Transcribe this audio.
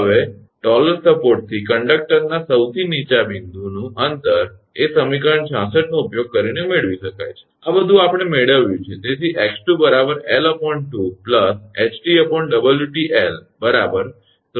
હવે ઊંચા સપોર્ટથી કંડક્ટરના સૌથી નીચા બિંદુનું અંતર એ સમીકરણ 66 નો ઉપયોગ કરીને મેળવી શકાય છે આ બધું આપણે મેળવ્યું છે